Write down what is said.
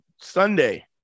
Sunday